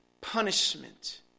punishment